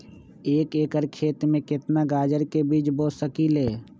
एक एकर खेत में केतना गाजर के बीज बो सकीं ले?